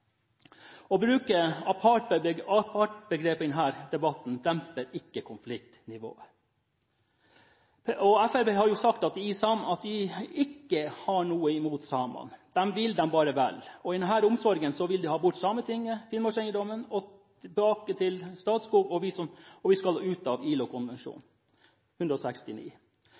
Å bruke apartheidbegrepet i denne debatten demper ikke konfliktnivået. Fremskrittspartiet har sagt at de ikke har noe imot samene – de vil dem bare vel – og i denne omsorgen vil de ha bort Sametinget, de vil ha Finnmarkseiendommen tilbake til Statskog, og vi skal ut av ILO-konvensjon nr. 169.